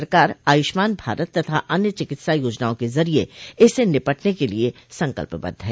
सरकार आयुष्मान भारत तथा अन्य चिकित्सा योजनाओं के जरिए इससे निपटने के प्रति संकल्पबद्ध है